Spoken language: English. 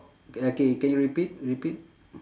uh K can you repeat repeat